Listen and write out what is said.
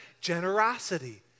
generosity